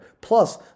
plus